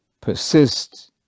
persist